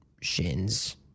shins